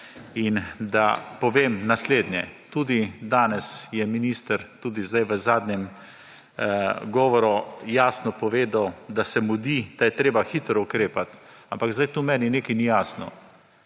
In da povem naslednje. Tudi danes je minister, tudi zdaj v zadnjem govoru, jasno povedal, da se mudi, da je treba hitro ukrepati. Ampak zdaj tu meni nekaj ni jasno.